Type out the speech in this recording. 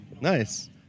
Nice